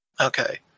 Okay